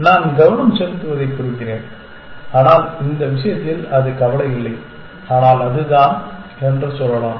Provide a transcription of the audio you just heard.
நான் கவனம் செலுத்துவதைக் குறிக்கிறேன் ஆனால் இந்த விஷயத்தில் அது கவலை இல்லை ஆனால் அதுதான் என்று சொல்லலாம்